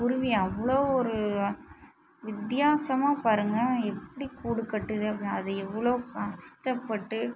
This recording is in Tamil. குருவி அவ்வளோ ஒரு வித்தியாசமாக பாருங்கள் எப்படி கூடு கட்டுது அது எவ்வளோ கஷ்டப்பட்டு